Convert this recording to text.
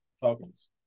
Falcons